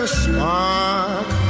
spark